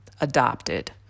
adopted